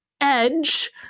edge